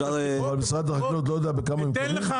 משרד החקלאות לא יודע בכמה הם קונים?